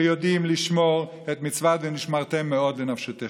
שיודעים לשמור את מצוות "ונשמרתם מאוד לנפשותיכם".